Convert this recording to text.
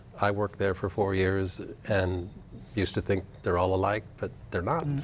i worked there for four years and used to think they're all alike. but they're not.